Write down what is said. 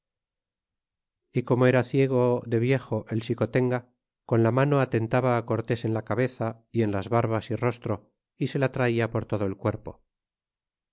y como era ciego de viejo el xicotenga con la mano atentaba cortés en la cabeza y en las barbas y rostro y se la traia por todo el cuerpo